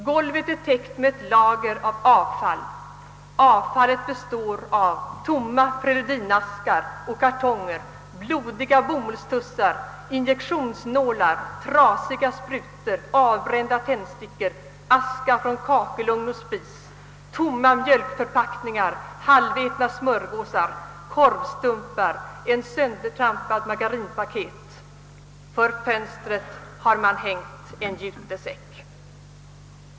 Golvet är täckt av ett lager avfall bestående av tomma preludinaskar och kartonger, blodiga bomullstussar, injektionsnålar, trasiga sprutor, avbrända tändstickor, aska från kakelugn och spis, tomma mjölkförpackningar, halvätna smörgåsar, korvstumpar och ett söndertrampat <margarinpaket, För fönstret har hängts en jutesäck.